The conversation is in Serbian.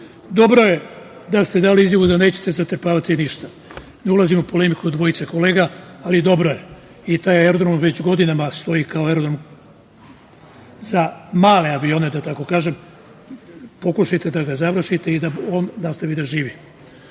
dobro je da ste dali izjavu da nećete zatrpavati ništa, ne ulazim u polemiku dvojice kolega, ali dobro je. Taj aerodrom već godinama stoji kao aerodrom za male avione, da tako kažem, pokušajte da ga završite i da on nastavi da živi. Sada